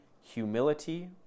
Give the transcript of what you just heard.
humility